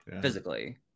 physically